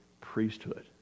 priesthood